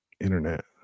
internet